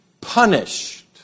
punished